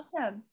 Awesome